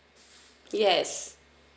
yes